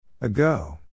Ago